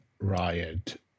Riot